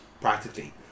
practically